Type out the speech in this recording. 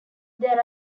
there